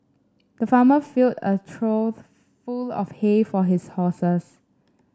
the farmer filled a trough full of hay for his horses